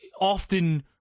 often